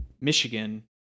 Michigan